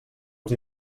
els